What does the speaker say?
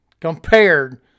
compared